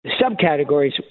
subcategories